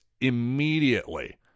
immediately